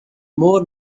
more